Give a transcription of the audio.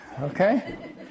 okay